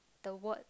the word